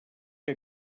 que